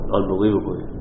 unbelievably